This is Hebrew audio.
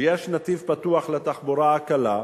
ויש נתיב פתוח לתחבורה הקלה,